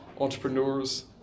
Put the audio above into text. entrepreneurs